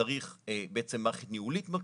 צריך בעצם מערכת ניהולית מרכזית.